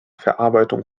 verarbeitung